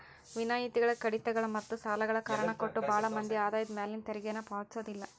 ವಿನಾಯಿತಿಗಳ ಕಡಿತಗಳ ಮತ್ತ ಸಾಲಗಳ ಕಾರಣ ಕೊಟ್ಟ ಭಾಳ್ ಮಂದಿ ಆದಾಯದ ಮ್ಯಾಲಿನ ತೆರಿಗೆನ ಪಾವತಿಸೋದಿಲ್ಲ